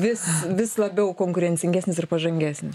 vis vis labiau konkurencingesnis ir pažangesnis